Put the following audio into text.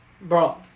bro